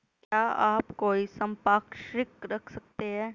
क्या आप कोई संपार्श्विक रख सकते हैं?